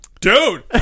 dude